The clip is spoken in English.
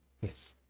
Yes